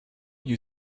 you